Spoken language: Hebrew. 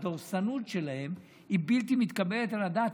הדורסנות שלהם היא בלתי מתקבלת על הדעת.